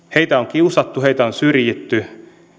kiusattu heitä on syrjitty